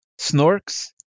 snorks